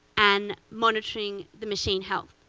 and monitoring the machine health.